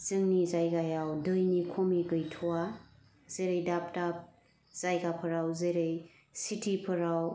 जोंनि जायगायाव दैनि खमि गैथ'वा जेरै दाब दाब जायगाफोराव जेरै चिटिफोराव